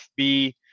FB